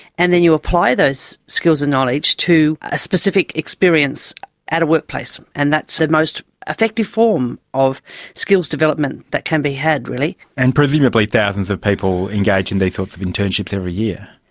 and then you apply those skills and knowledge to a specific experience at a workplace. and that's the most effective form of skills development that can be had really. and presumably thousands of people engage in these sorts of internships every year.